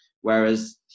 Whereas